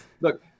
look